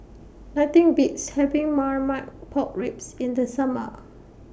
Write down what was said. Nothing Beats having Marmite Pork Ribs in The Summer